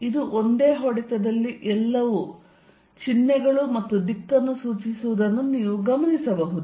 ಇದು ಒಂದೇ ಹೊಡೆತದಲ್ಲಿ ಎಲ್ಲವೂ ಚಿಹ್ನೆಗಳು ಮತ್ತು ದಿಕ್ಕನ್ನು ಸೂಚಿಸುವುದನ್ನು ನೀವು ಗಮನಿಸಬಹುದು